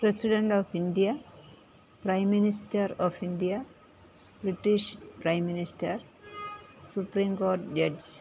president of India prime minister of India British prime minister supreme court judge